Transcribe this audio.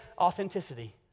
authenticity